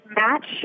match